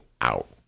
out